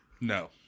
No